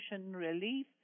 relief